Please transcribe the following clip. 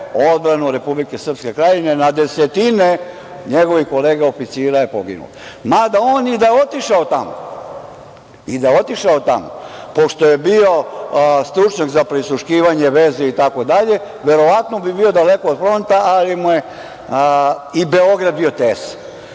odbranu Republike Srpske Krajine, na desetine njegovih kolega oficira je poginulo. Mada, i da je otišao tamo, pošto je bio stručnjak za prisluškivanje veze itd, verovatno bi bio daleko od fronta, ali mu je i Beograd bio tesan,